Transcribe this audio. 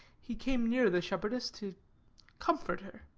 he came near the shepherdess to comfort her.